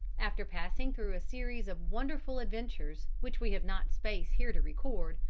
after passing through a series of wonderful adventures, which we have not space here to record,